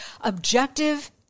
objective